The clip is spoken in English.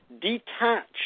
detach